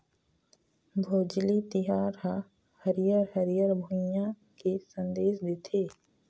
भोजली तिहार ह हरियर हरियर भुइंया के संदेस देथे